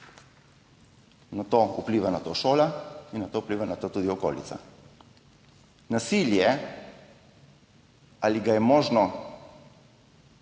Nato vpliva na to šola in nato vpliva na to tudi okolica. Nasilje – ali ga je možno